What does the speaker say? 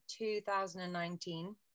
2019